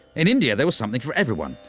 in india, there was something for everyone.